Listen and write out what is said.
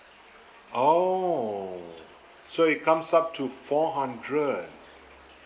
oh so it comes up to four hundred